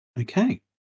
Okay